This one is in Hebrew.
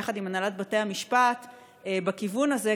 יחד עם הנהלת בתי המשפט בכיוון הזה?